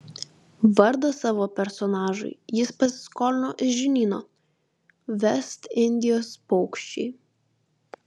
vardą savo personažui jis pasiskolino iš žinyno vest indijos paukščiai